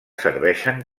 serveixen